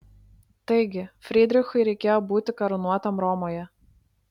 taigi frydrichui reikėjo būti karūnuotam romoje